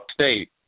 State